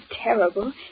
terrible